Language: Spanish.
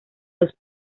los